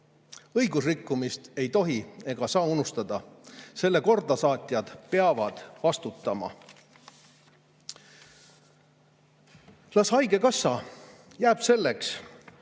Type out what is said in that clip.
Õigusrikkumist ei tohi ega saa unustada. Selle kordasaatjad peavad vastutama. Las haigekassa jääb selleks,